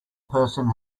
person